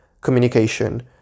communication